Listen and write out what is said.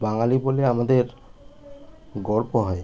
বাঙালি বলে আমাদের গর্ব হয়